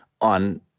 on